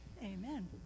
Amen